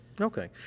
Okay